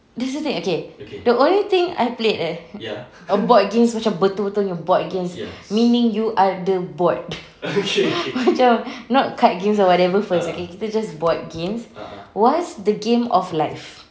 this is the thing okay the only thing I played eh a board games macam betul-betulnya board games macam meaning you are the board macam not card games or whatever first okay kita just board games was the game of life